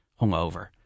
hungover